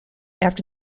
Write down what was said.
after